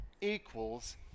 equals